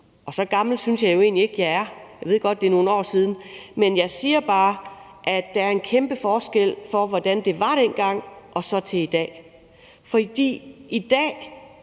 og så gammel synes jeg jo egentlig ikke jeg er. Jeg ved godt, det er nogle år siden, men jeg siger bare, at der er en kæmpe forskel på, hvordan det var dengang og så i dag. I dag